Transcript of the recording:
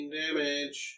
damage